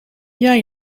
jij